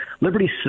Liberty